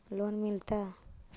Loan मिलता?